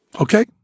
Okay